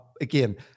Again